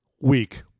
week